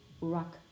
rock